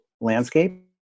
landscape